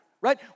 right